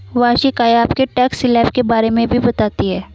वार्षिक आय आपके टैक्स स्लैब के बारे में भी बताती है